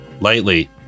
lightly